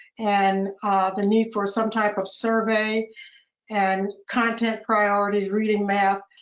and the need for some type of survey and content priorities, reading, math,